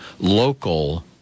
local